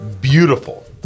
beautiful